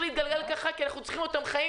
נמשיך להתגלגל כך כי אנחנו צריכים אותם חיים,